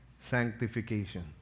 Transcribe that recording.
sanctification